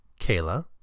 Kayla